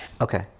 okay